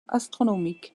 astronomiques